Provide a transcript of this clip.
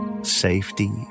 Safety